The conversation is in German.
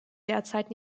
derzeit